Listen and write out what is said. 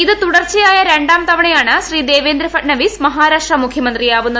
ഇത് തുടർച്ചയായ രണ്ടാം തവണയാണ് ശ്രീ ദേവേന്ദ്ര ഫട്നാവിസ് മഹാരാഷ്ട്ര മുഖ്യമന്ത്രിയാവുന്നത്